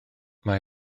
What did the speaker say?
mae